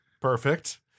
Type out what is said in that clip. perfect